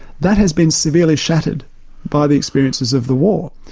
that has been severely shattered by the experiences of the war.